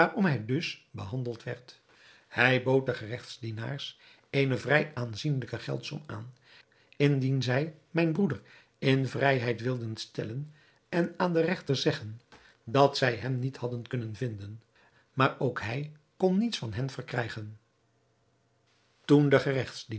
waarom hij dus behandeld werd hij bood den geregtsdienaars eene vrij aanzienlijke geldsom aan indien zij mijn broeder in vrijheid wilden stellen en aan den regter zeggen dat zij hem niet hadden kunnen vinden maar ook hij kon niets van hen verkrijgen toen de geregtsdienaars